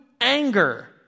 anger